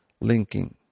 linking